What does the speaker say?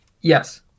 Yes